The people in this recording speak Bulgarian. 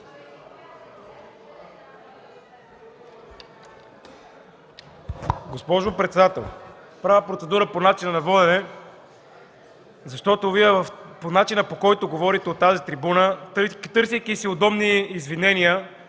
Госпожо председател, правя процедура по начина на водене. По начина, по който говорите от тази трибуна, търсейки си удобни извинения